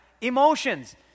emotions